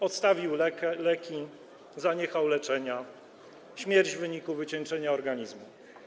Odstawił leki, zaniechał leczenia, śmierć w wyniku wycieńczenia organizmu.